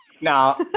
Now